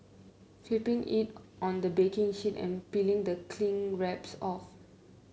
flipping it on the baking sheet and peeling the cling wraps off